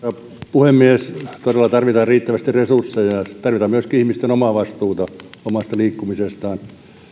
puhemies todella tarvitaan riittävästi resursseja ja tarvitaan myöskin ihmisten omaa vastuuta omasta liikkumisestaan